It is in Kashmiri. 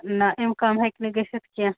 نہ أمۍ کم ہیٚکہِ نہٕ گٔژھتھ کیٚنٛہہ